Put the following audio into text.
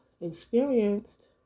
experienced